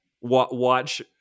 watch